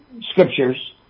scriptures